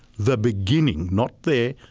the beginning, not there,